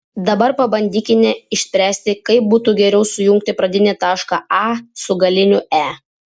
dabar pabandykime išspręsti kaip būtų geriau sujungti pradinį tašką a su galiniu e